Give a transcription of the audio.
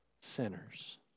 sinners